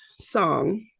song